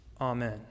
Amen